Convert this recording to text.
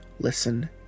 Listen